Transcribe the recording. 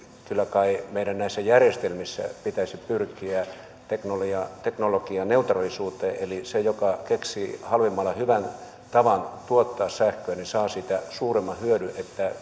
kyllä kai meidän näissä järjestelmissä pitäisi pyrkiä teknologianeutraalisuuteen eli se joka keksii halvimmalla hyvän tavan tuottaa sähköä saa siitä suurimman hyödyn